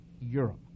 Europe